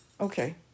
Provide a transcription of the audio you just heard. Okay